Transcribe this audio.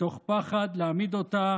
מתוך פחד להעמיד אותה